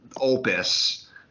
opus